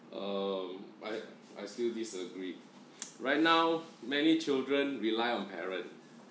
um I I still disagree right now many children rely on parent